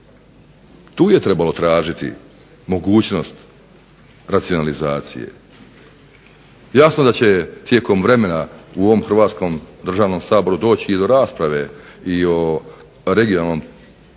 Tu je trebalo tražiti mogućnost racionalizacije. Jasno da će tijekom vremena u ovom Hrvatskom državnom saboru doći do rasprave i o regionalnom